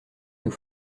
nous